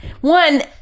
One